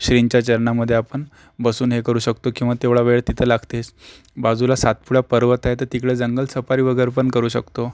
श्रींच्या चरणांमध्ये आपण बसून हे करू शकतो किंवा तेवढा वेळ तिथं लागतेच बाजूला सातपुडा पर्वत आहे तर तिकडं जंगल सफारी वगैरे पण करू शकतो